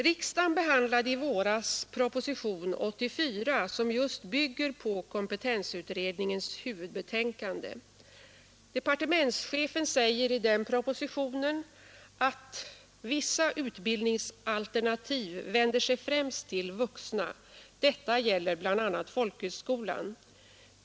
Riksdagen behandlade i våras proposition nr 84, som bygger på kompetensutredningens huvudbetänkande. Departementschefen säger i propositionen: ”Vissa utbildningsalternativ vänder sig främst till vuxna. Detta gäller bl.a. folkhögskolan.